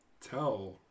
tell